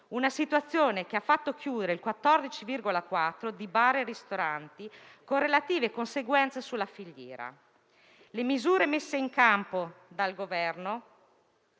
una situazione che ha fatto chiudere il 14,4 per cento di bar e ristoranti, con relative conseguenze sulla filiera. Le misure messe in campo dal Governo